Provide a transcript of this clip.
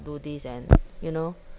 do this and you know